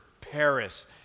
Paris